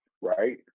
right